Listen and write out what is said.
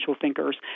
thinkers